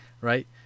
right